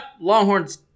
Longhorn's